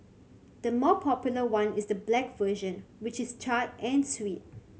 the more popular one is the black version which is charred and sweet